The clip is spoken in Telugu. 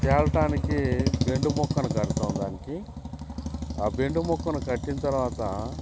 తేలటానికి బెండు ముక్కను కడతాము దానికి ఆ బెండు ముక్కను కట్టిన తరువాత